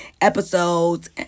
episodes